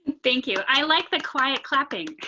thank you. i like the quiet. clapping